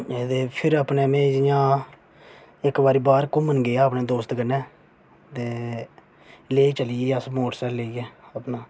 एह्दे फिर अपने में जियां इक बारी बाहर घूमन गेआ अपने दोस्त कन्नै ते लेह् चली गे अस मोटरसैकल लेइयै अपना